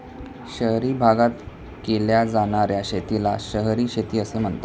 शहरी भागात केल्या जाणार्या शेतीला शहरी शेती असे म्हणतात